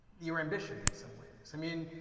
your ambition in some ways. i mean,